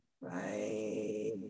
right